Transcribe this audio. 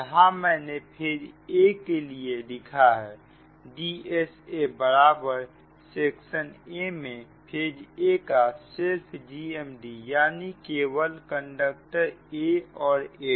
यहां मैंने phase a के लिए लिखा है D sa बराबर सेक्शन 1 में फेज a का सेल्फ GMD यानी केवल कंडक्टर a और a'